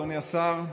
אדוני השר,